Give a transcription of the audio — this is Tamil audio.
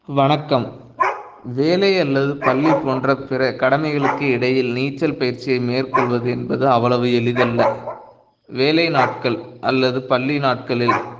வணக்கம் வேலை அல்லது பள்ளிப் போன்ற பிற கடமைகளுக்கு இடையில் நீச்சல் பயிற்சியை மேற்கொள்வது என்பது அவ்வளவு எளிதல்ல வேலை நாட்கள் அல்லது பள்ளி நாட்களில்